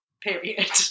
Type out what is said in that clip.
period